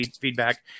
feedback